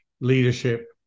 leadership